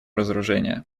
разоружения